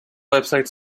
website